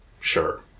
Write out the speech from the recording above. sure